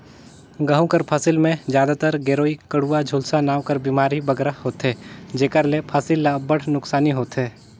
गहूँ कर फसिल में जादातर गेरूई, कंडुवा, झुलसा नांव कर बेमारी बगरा होथे जेकर ले फसिल ल अब्बड़ नोसकानी होथे